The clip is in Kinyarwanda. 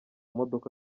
modoka